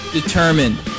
determined